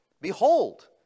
Behold